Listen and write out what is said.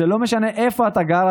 זה לא משנה איפה אתה גר,